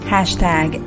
Hashtag